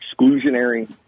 exclusionary